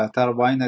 באתר ynet,